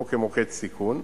לא כמוקד סיכון,